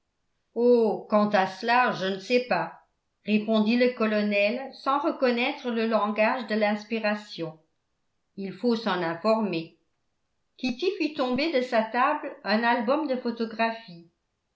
oh quant à cela je ne sais pas répondit le colonel sans reconnaître le langage de l'inspiration il faut s'en informer kitty fit tomber de sa table un album de photographies